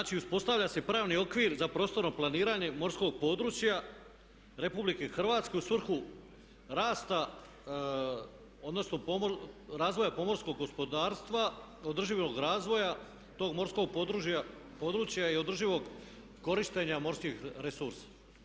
Znači uspostavlja se pravni okvir za prostorno planiranje morskog područja RH u svrhu rasta odnosno razvoja pomorskog gospodarstva, održivog razvoja tog morskog područja i održivog korištenja morskih resursa.